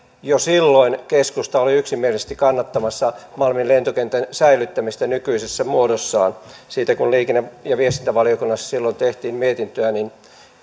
jo silloin keskusta oli yksimielisesti kannattamassa malmin lentokentän säilyttämistä nykyisessä muodossaan kun siitä liikenne ja viestintävaliokunnassa silloin tehtiin mietintöä niin